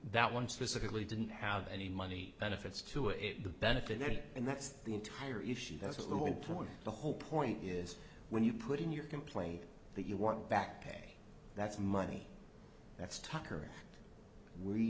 that one specifically didn't have any money benefits to it to benefit it and that's the entire issue that's a little to one the whole point is when you put in your complaint that you want back pay that's money that's tucker we